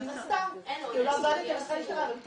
מן הסתם לא --- רק רגע.